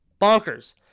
bonkers